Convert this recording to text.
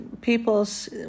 peoples